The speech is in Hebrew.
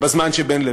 בזמן שבין לבין.